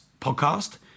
podcast